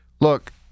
Look